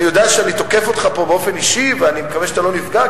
אני יודע שאני תוקף אותך פה באופן אישי ואני מקווה שאתה לא נפגע,